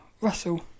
Russell